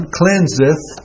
cleanseth